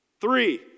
Three